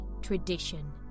tradition